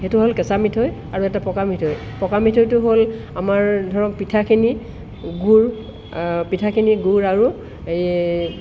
সেইটো হ'ল কেঁচা মিঠৈ আৰু এটা পকা মিঠৈ পকা মিঠৈটো হ'ল আমাৰ ধৰক পিঠাখিনি গুৰ পিঠাখিনি গুৰ আৰু এই